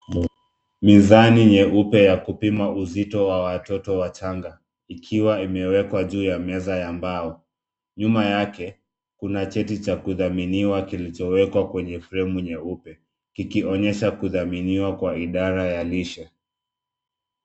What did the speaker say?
Mizani nyeupe ya kupima uzito wa watoto wachanga, ikiwa imewekwa juu ya meza ya mbao. Nyuma yake, kuna cheti cha kudhaminiwa kilichowekwa kwenye fremu nyeupe, kikionyesha kudhaminiwa kwa idara ya lishe.